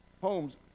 homes